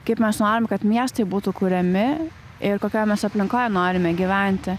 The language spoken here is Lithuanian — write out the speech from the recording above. kaip mes norim kad miestai būtų kuriami ir kokioj mes aplinkoj norime gyventi